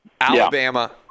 alabama